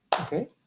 okay